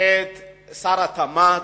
את שר התמ"ת,